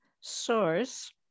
source